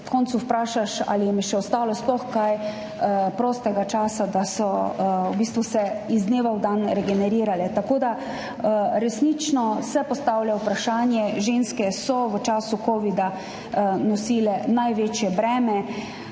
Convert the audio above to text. Na koncu se vprašaš, ali jim je še ostalo sploh kaj prostega časa, da so se iz dneva v dan regenerirale. Resnično se postavlja vprašanje, ženske so v času covida nosile največje breme